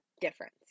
difference